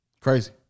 Crazy